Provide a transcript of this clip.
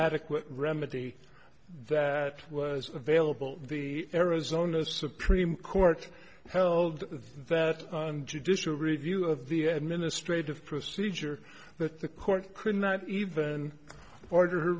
adequate remedy that was available the arizona supreme court held that judicial review of the administrative procedure that the court could not even order